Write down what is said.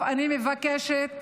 אני מבקשת